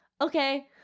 okay